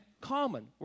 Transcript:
common